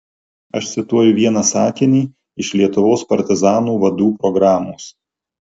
aš cituoju vieną sakinį iš lietuvos partizanų vadų programos